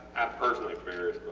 i personally embarrassed